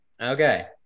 Okay